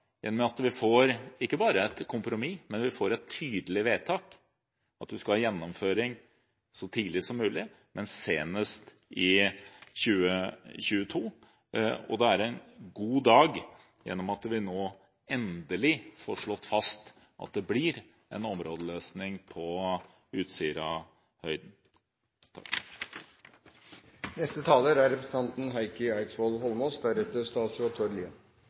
og med at vi ikke bare får et kompromiss, vi får et tydelig vedtak: En skal ha gjennomføring så tidlig som mulig, men senest i 2022. Og det er en god dag i og med at vi nå endelig får slått fast at det blir en områdeløsning på